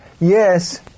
Yes